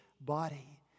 body